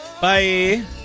Bye